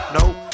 nope